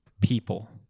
people